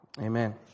Amen